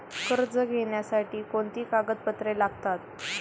कर्ज घेण्यासाठी कोणती कागदपत्रे लागतात?